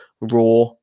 raw